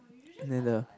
and then the